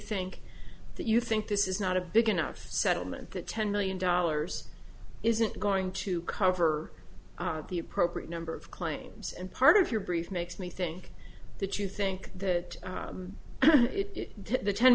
think that you think this is not a big enough settlement that ten million dollars isn't going to cover the appropriate number of claims and part of your brief makes me think that you think that the ten